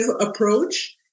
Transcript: approach